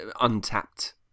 untapped